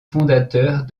fondateurs